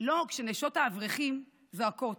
לא כשנשות האברכים זועקות,